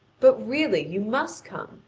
but, really, you must come,